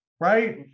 right